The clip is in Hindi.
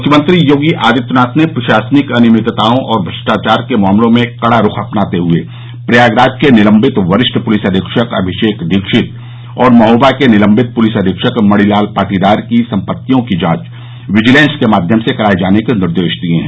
मुख्यमंत्री योगी आदित्यनाथ ने प्रशासनिक अनियमितताओं और भ्रष्टाचार के मामलों में कड़ा रूख अपनाते हए प्रयागराज के निलम्बित वरिष्ठ पुलिस अधीक्षक अमिषेक दीक्षित और महोबा के निलम्बित पुलिस अधीक्षक मणिलाल पाटीदार की सम्पत्तियों की जांच विजिलेंस के माध्यम से कराये जाने के निर्देश दिये हैं